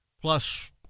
Plus